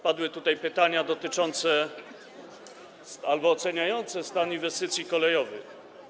Padły tutaj pytania dotyczące... oceniające stan inwestycji kolejowych.